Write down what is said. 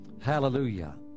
Hallelujah